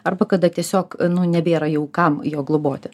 arba kada tiesiog nu nebėra jau kam jo globoti